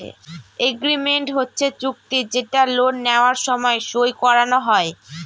agreement হচ্ছে চুক্তি যেটা লোন নেওয়ার সময় সই করানো হয়